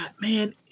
Man